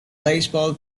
baseball